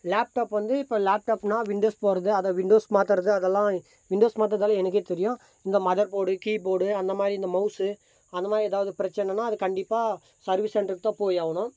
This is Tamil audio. லேப்டாப் வந்து இப்போ லேப்டாப்னால் விண்டோஸ் போவது அதை விண்டோஸ் மாற்றறது அதெலாம் விண்டோஸ் மாற்றறதுலாம் எனக்கே தெரியும் இந்த மதர் போர்டு கீ போர்டு அந்த மாதிரி இந்த மவுசு அந்த மாதிரி எதாவது பிரச்சினனா அது கண்டிப்பாக சர்வீஸ் சென்டருக்குதான் போயாகணும்